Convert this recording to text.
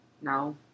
No